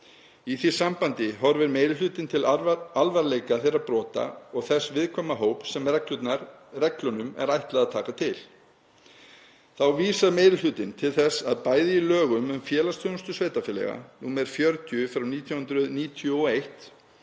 Í því sambandi horfir meiri hlutinn til alvarleika þeirra brota og þess viðkvæma hóps sem reglunum er ætlað að taka til. Þá vísar meiri hlutinn til þess að bæði í lögum um félagsþjónustu sveitarfélaga, nr. 40/1991,